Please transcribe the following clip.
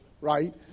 right